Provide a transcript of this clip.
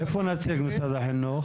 אין לנו נציג של משרד החינוך?